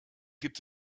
gibt